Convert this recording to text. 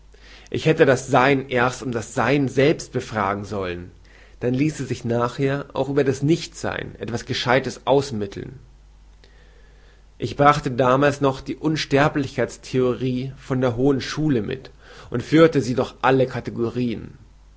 ich hätte das sein erst um das sein selbst befragen sollen dann ließe sich nachher auch über das nichtsein etwas gescheutes ausmitteln ich brachte damals noch die unsterblichkeitstheorie von der hohen schule mit und führte sie durch alle kategorien